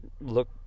look